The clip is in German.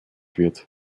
wird